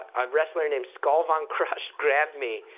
a wrestler named skull von crush, grabbed me,